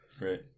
Right